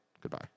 Goodbye